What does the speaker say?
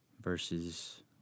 ...versus